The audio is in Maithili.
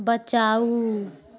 बचाउ